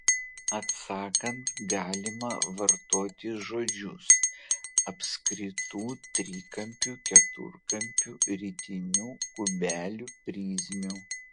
atsakant galima vartoti žodžius apskritų trikampių keturkampių ritinių kubelių prizmių